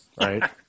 right